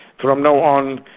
from now on,